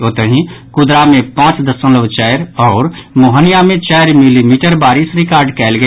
ओतहि कुदरा मे पांच दशमलव चारि आओर मोहनिया मे चारि मिलीमीटर बारिश रिकॉर्ड कयल गेल